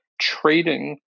trading